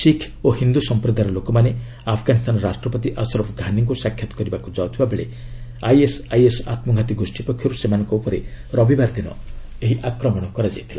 ଶିଖ୍ ଓ ହିନ୍ଦୁ ସମ୍ପ୍ରଦାୟର ଲୋକମାନେ ଆଫଗାନୀସ୍ତାନ ରାଷ୍ଟ୍ରପତି ଆସ୍ରଫ୍ ସାନୀଙ୍କ ସାକ୍ଷାତ କରିବାକୃ ଯାଉଥିବାବେଳେ ଆଇଏସ୍ଆଇଏସ୍ ଆତ୍କଘାତୀ ଗୋଷ୍ଠୀ ପକ୍ଷର୍ ସେମାନଙ୍କୁ ଉପରେ ରବିବାର ଦିନ ଆକ୍ରମଣ କରାଯାଇଥିଲା